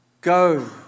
Go